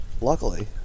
luckily